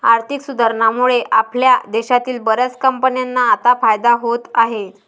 आर्थिक सुधारणांमुळे आपल्या देशातील बर्याच कंपन्यांना आता फायदा होत आहे